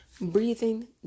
Breathing